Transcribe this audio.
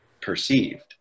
perceived